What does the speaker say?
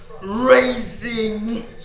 racing